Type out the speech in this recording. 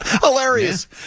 Hilarious